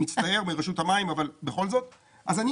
אז אני